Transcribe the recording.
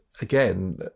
again